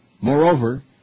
Moreover